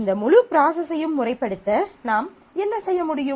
இந்த முழு ப்ராசஸையும் முறைப்படுத்த நாம் என்ன செய்ய முடியும்